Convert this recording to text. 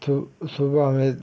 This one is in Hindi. तो सुबह में